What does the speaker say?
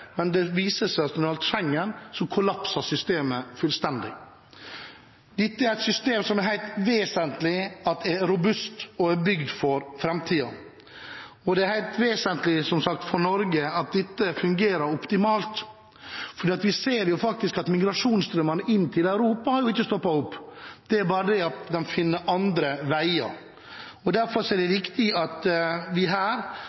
men det viste seg at når det gjaldt Schengen, kollapset systemet fullstendig. Dette er et system som det er helt vesentlig er robust og er bygd for framtiden. Det er helt vesentlig, som sagt, for Norge at dette fungerer optimalt. Vi ser faktisk at migrasjonsstrømmene inn til Europa ikke har stoppet opp, det er bare det at de finner andre veier. Derfor er det viktig at vi her